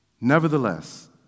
Nevertheless